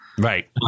Right